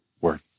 word